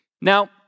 Now